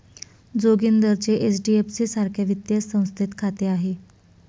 जोगिंदरचे एच.डी.एफ.सी सारख्या वित्तीय संस्थेत खाते आहे